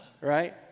Right